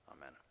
amen